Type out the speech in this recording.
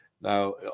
Now